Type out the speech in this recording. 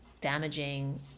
damaging